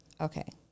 Okay